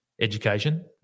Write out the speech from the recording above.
education